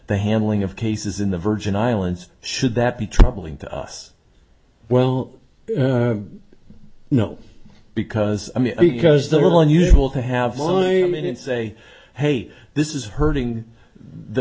the handling of cases in the virgin islands should that be troubling to us well no because i mean because the little unusual to have lawyer you mean and say hey this is hurting the